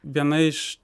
viena iš